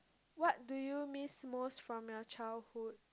what do you miss most from your childhood